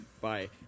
Bye